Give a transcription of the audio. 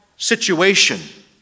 situation